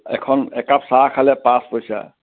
এখন একাপ চাহ খালে পাঁচ পইচা